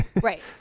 Right